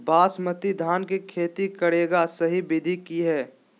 बासमती धान के खेती करेगा सही विधि की हय?